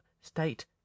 state